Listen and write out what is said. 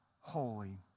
holy